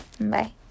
Bye